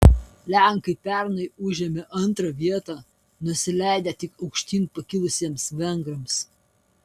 lenkai pernai užėmė antrą vietą nusileidę tik aukštyn pakilusiems vengrams